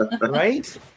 Right